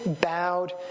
bowed